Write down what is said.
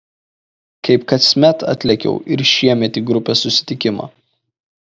kaip kasmet atlėkiau ir šiemet į grupės susitikimą